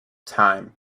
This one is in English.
time